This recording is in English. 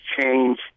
change